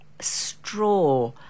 Straw